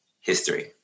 history